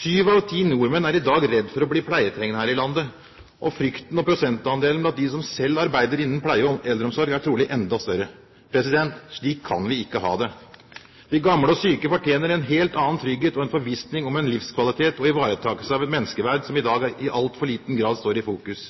Syv av ti nordmenn er i dag redd for å bli pleietrengende her i landet. Frykten og prosentandelen blant dem som selv arbeider innen pleie og eldreomsorg, er trolig enda større. Slik kan vi ikke ha det. De gamle syke fortjener en helt annen trygghet og en forvissning om en livskvalitet og ivaretakelse av et menneskeverd som i dag i altfor liten grad står i fokus.